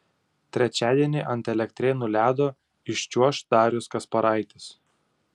trečiadienį ant elektrėnų ledo iščiuoš darius kasparaitis